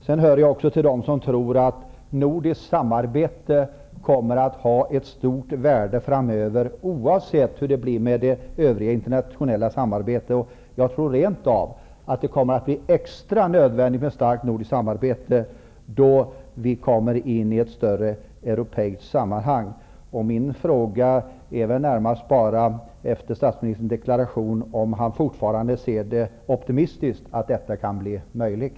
Jag är en av dem som tror att nordiskt samarbete kommer att ha ett stort värde framöver oavsett hur det blir med det övriga internationella samarbetet. Jag tror rent av att det kommer att bli extra nödvändigt med ett starkt nordiskt samarbete då vi kommer in i ett större europeiskt sammanhang. Min fråga efter statsministerns deklaration är om han fortfarande ser optimistiskt på frågan om detta kan bli möjligt.